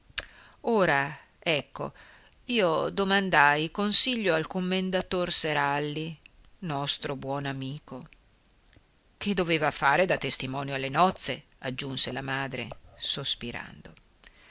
ora ecco io domandai consiglio al commendator seralli nostro buon amico che doveva fare da testimonio alle nozze aggiunse la madre sospirando